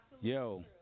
Yo